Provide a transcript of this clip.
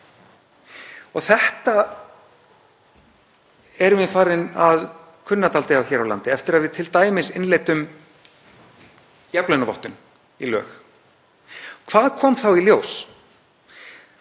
Þetta erum við farin að kunna dálítið á hér á landi eftir að við t.d. innleiddum jafnlaunavottun í lög. Hvað kom þá í ljós?